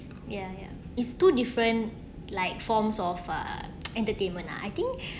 ya ya it's two different like forms of uh entertainment ah I think